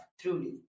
truly